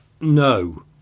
No